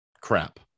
crap